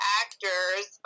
actors